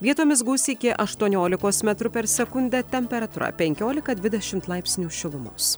vietomis gūsiai iki aštuoniolikos metrų per ekundę temperatūra penkiolika dvidešimt laipsnių šilumos